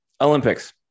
Olympics